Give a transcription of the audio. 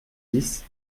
dix